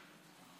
זקן,